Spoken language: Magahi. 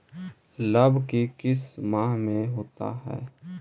लव की किस माह में होता है?